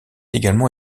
également